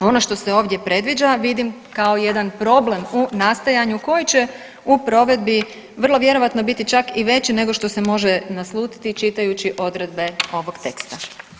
Ono što se ovdje predviđa vidim kao jedan problem u nastajanju koji će u provedbi vrlo vjerojatno biti čak i veći nego što se može naslutiti čitajući odredbe ovog teksta.